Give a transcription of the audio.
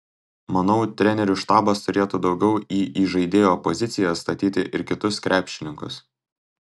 manau trenerių štabas turėtų daugiau į įžaidėjo poziciją statyti ir kitus krepšininkus